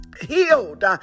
healed